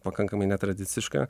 pakankamai netradiciška